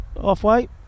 halfway